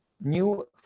new